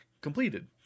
completed